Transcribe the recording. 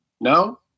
No